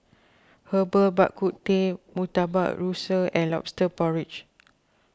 Herbal Bak Ku Teh Murtabak Rusa and Lobster Porridge